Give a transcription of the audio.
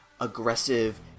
aggressive